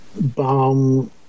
bomb